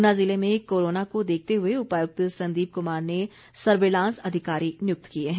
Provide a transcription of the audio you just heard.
ऊना ज़िले में कोरोना को देखते हुए उपायुक्त संदीप कुमार ने सर्विलांस अधिकारी नियुक्त किए हैं